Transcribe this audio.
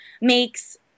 makes